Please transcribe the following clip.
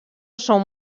són